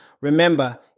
Remember